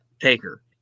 Taker